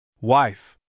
Wife